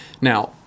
Now